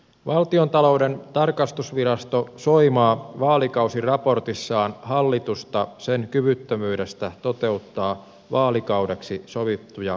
valtiontalouden tarkastusvirasto soimaa vaalikausiraportissaan hallitusta sen kyvyttömyydestä toteuttaa vaalikaudeksi sovittuja finanssipoliittisia tavoitteita